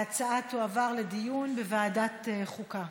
ההצעה תועבר לדיון בוועדת החוקה.